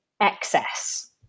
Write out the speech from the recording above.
excess